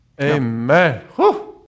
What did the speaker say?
amen